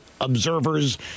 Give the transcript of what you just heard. observers